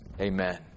Amen